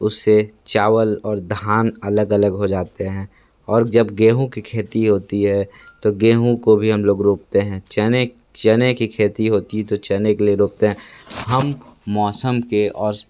उससे चावल और धान अलग अलग हो जाते हैं और जब गेहूं की खेती होती है तो गेहूं को भी हम लोग रोपते हैं चने चने की खेती होती तो चने के लिए रोपते है हम मौसम के और